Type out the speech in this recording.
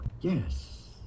Yes